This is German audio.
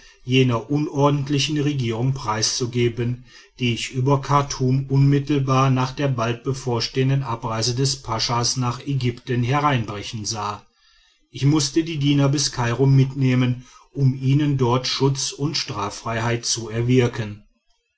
jener unordentlichen regierung preiszugeben die ich über chartum unmittelbar nach der bald bevorstehenden abreise des paschas nach ägypten hereinbrechen sah ich mußte die diener bis kairo mitnehmen um ihnen dort schutz und straffreiheit zu erwirken